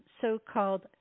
So-called